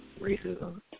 racism